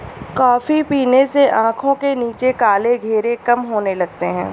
coffee पीने से आंखों के नीचे काले घेरे कम होने लगते हैं